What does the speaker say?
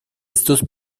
estos